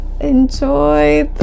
enjoy